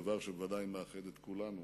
דבר שוודאי מאחד את כולנו,